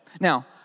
Now